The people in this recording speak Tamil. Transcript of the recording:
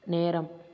நேரம்